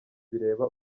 bireba